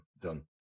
done